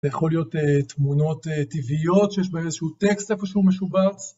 זה יכול להיות תמונות טבעיות שיש בה איזשהו טקסט איפה שהוא משובץ.